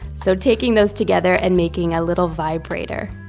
so, taking those together and making a little vibrator